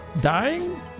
dying